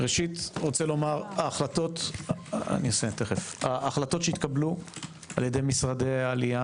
ראשית אני רוצה לומר ההחלטות שהתקבלו על ידי משרדי העלייה